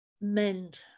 mend